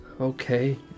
Okay